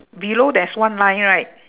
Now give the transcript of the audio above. below there's one line right